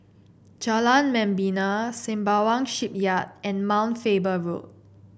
Jalan Membina Sembawang Shipyard and Mount Faber Road